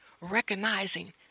recognizing